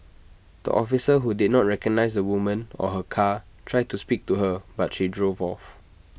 the officers who did not recognise the woman or her car tried to speak to her but she drove off